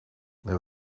there